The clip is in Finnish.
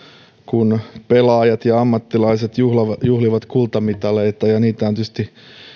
kun pelaajat ja ammattilaiset juhlivat kultamitaleita ja niitä on tietysti